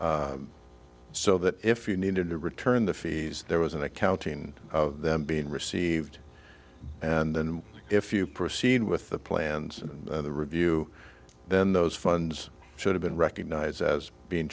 so that if you needed to return the fees there was an accounting of them being received and then if you proceed with the plans of the review then those funds should have been recognised as being